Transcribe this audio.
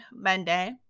monday